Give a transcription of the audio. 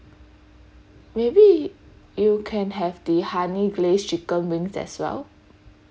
maybe you can have the honey glazed chicken wings as well